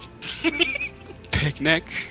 Picnic